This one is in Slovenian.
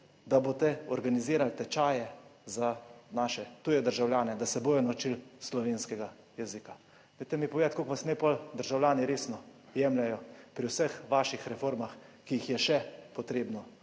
da boste organizirali tečaje za naše tuje državljane, da se bodo naučili slovenskega jezika. Dajte mi povedati, kako vas naj pol državljani resno jemljejo pri vseh vaših reformah, ki jih je še potrebno